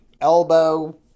elbow